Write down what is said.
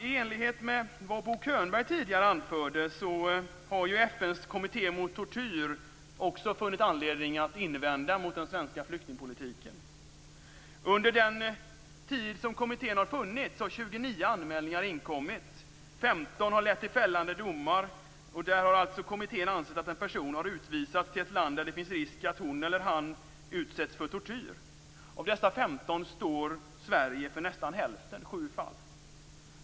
I enlighet med vad Bo Könberg tidigare anförde har FN:s kommitté mot tortyr också funnit anledning att invända mot den svenska flyktingpolitiken. Under den tid som kommittén funnits har 29 anmälningar inkommit. 15 har lett till fällande domar. Där har kommittén alltså ansett att en person har utvisats till ett land där det finns risk att hon/han utsätts för tortyr. Av dessa 15 fall står Sverige för nästan hälften, nämligen för 7 fall.